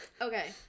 Okay